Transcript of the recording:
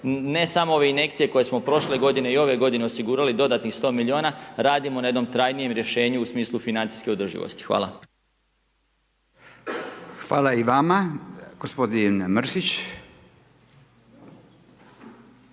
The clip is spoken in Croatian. ne razumije./... koje smo prošle godine i ove godine osigurali, dodatnih 100 milijuna radimo na jednom trajnijem rješenju u smislu financijske održivosti. Hvala. **Radin, Furio